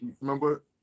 remember